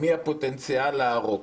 מי הפוטנציאל לערוק.